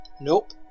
Nope